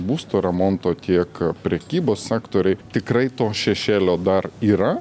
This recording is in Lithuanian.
būsto remonto tiek prekybos sektoriai tikrai to šešėlio dar yra